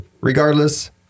regardless